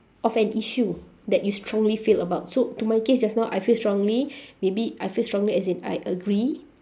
of an issue that you strongly feel about so to my case just now I feel strongly maybe I feel strongly as in I agree